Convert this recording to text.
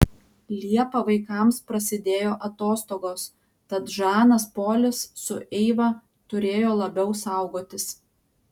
liepą vaikams prasidėjo atostogos tad žanas polis su eiva turėjo labiau saugotis